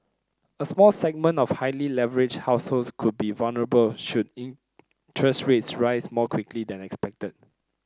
a small segment of highly leveraged households could be vulnerable should interest rates rise more quickly than expected